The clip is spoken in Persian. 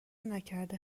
نکرده